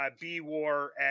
B-war